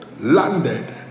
landed